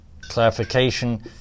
clarification